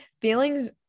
feelings